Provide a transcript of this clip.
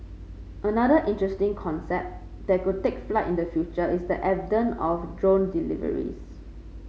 another interesting concept that could take flight in the future is the advent of drone deliveries